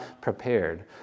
prepared